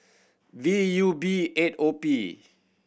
V U B eight O P